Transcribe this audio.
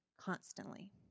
constantly